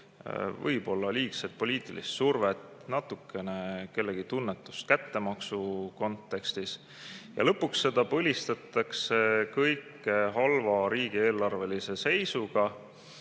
võib-olla liigset poliitilist survet, natukene kellegi tunnetust kättemaksu kontekstis. Ja lõpuks põlistatakse kõike halva riigieelarvelise seisuga